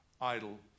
idle